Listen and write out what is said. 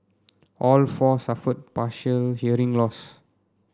all four suffered partial hearing loss